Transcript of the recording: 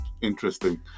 Interesting